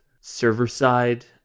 server-side